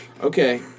Okay